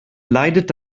leidet